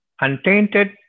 untainted